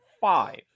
five